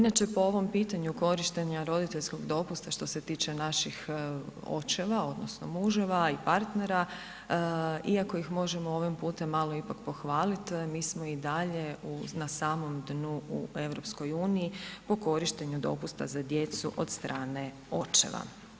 Inače po ovom pitanju korištenja roditeljskog dopusta što se tiče naših očeva odnosno muževa i partnera iako ih možemo ovim putem malo ipak pohvaliti mi smo i dalje na samom dnu u Europskoj uniji po korištenju dopusta za djecu od strane očeva.